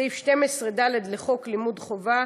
סעיף 12ד לחוק לימוד חובה,